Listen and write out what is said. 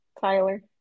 Tyler